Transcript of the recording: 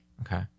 Okay